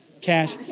Cash